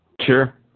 sure